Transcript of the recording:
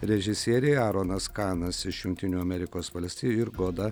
režisieriai aaronas kanas iš jungtinių amerikos valstijų ir goda